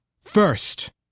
First